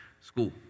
School